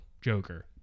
Joker